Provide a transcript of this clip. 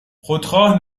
خودخواه